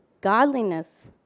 godliness